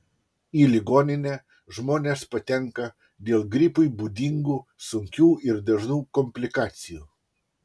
į ligoninę žmonės patenka dėl gripui būdingų sunkių ir dažnų komplikacijų